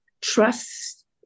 trust